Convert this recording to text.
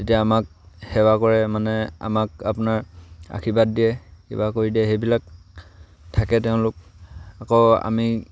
যেতিয়া আমাক সেৱা কৰে মানে আমাক আপোনাৰ আশীৰ্বাদ দিয়ে কিবা কৰি দিয়ে সেইবিলাক থাকে তেওঁলোক আকৌ আমি